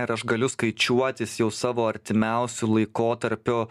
ir aš galiu skaičiuotis jau savo artimiausiu laikotarpiu